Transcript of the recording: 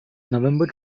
november